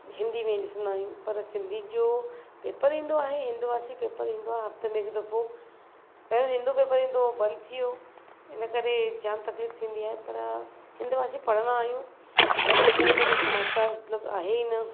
हिंदी में ॾिसंदा आहियूं पर सिंधी जो पेपर ईंदो आहे हिंदवासी पेपर ईंदो आहे हफ़्ते में हिकु दफ़ो पहिरीं हिंदू पेपर ईंदो हो बंदि थी वियो इनकरे जामु तकलीफ़ु थींदी आहे पर हिंदवासी पढ़ंदा आहियूं ऐं सिंधी में त कोई समाचार मतलबु आहे ई न